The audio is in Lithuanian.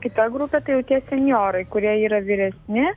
kita grupė tai jau tie senjorai kurie yra vyresni